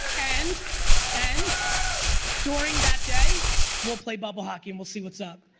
and and during that day we'll play bubble hockey and we'll see what's up.